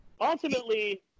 Ultimately